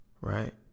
right